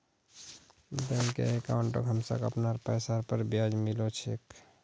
बैंकत अंकाउट हमसाक अपनार पैसार पर ब्याजो मिल छेक